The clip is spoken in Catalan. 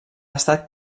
estat